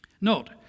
Note